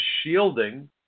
shielding